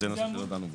זה נושא שלא דנו בו.